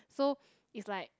so it's like